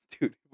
dude